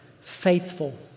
faithful